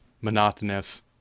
monotonous